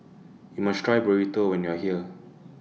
YOU must Try Burrito when YOU Are here